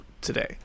Today